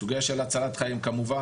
סוגיה של הצלת חיים כמובן,